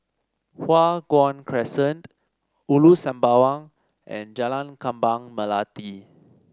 Hua Guan Crescent Ulu Sembawang and Jalan Kembang Melati